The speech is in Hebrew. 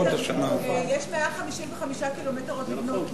יש 155 קילומטר עוד לבנות,